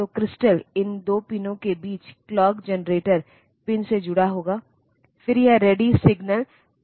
और bit pattern को सही ढंग से दर्ज करना बहुत मुश्किल है